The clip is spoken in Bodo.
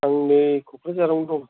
आं नै क'क्राझारावनो दं